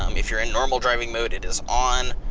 um if you're in normal driving mode, it does on,